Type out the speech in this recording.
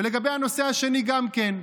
ולגבי הנושא השני, גם כן,